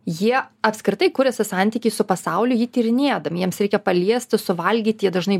jie apskritai kuriasi santykį su pasauliu jį tyrinėdami jiems reikia paliesti suvalgyt jie dažnai